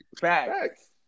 Facts